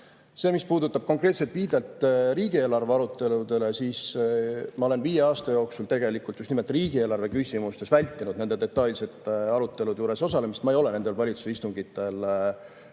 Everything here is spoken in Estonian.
osale. Mis puudutab konkreetset viidet riigieelarve aruteludele, siis ma olen viie aasta jooksul tegelikult just nimelt riigieelarve küsimustes vältinud nende detailsete arutelude juures osalemist. Ma ei ole nendel valitsuse istungitel